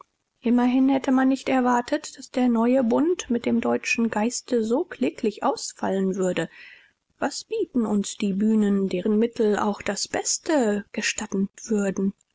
immerhin hätte man nicht erwartet daß der neue bund mit dem deutschen geiste so kläglich ausfallen würde was bieten uns die bühnen deren mittel auch das beste gestatten würden